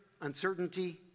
uncertainty